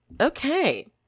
Okay